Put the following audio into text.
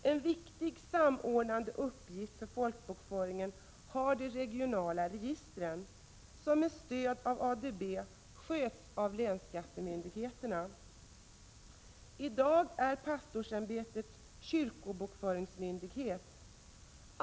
En viktig samordnande uppgift för folkbokföringen har de regionala registren som, med stöd av ADB, sköts av länsskattemyndigheterna. I dag är pastorsämbetet kyrkobokföringsmyndighet.